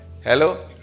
Hello